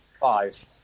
Five